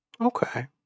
okay